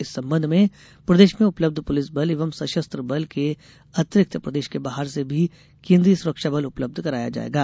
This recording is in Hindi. इस संबंध में प्रदेश में उपलब्ध पुलिस बल एवं सशस्त्र सुरक्षा बल के अतिरिक्त प्रदेश के बाहर से भी केन्द्रीय सुरक्षा बल उपलब्ध कराया जाएगा